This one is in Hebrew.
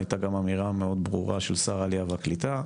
הייתה גם אמירה מאוד ברורה של שר העלייה והקליטה,